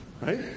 Right